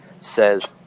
says